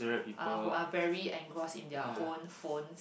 are who are very engrossed in their own phone